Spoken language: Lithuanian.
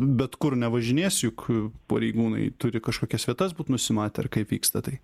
bet kur nevažinės juk pareigūnai turi kažkokias vietas būt nusimatę ar kaip vyksta tai